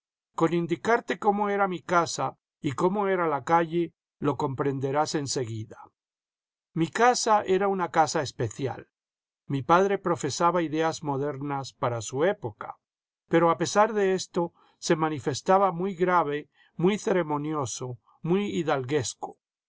con indicarte cómo era mi casa y cómo era la calle lo comprenderás en seguida mi casa era una casa especial mi padre profesaba ideas miodernas para su época pero a pesar de esto se manifestaba muy grave muy ceremonioso muy